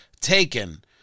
taken